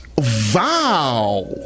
vow